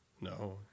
No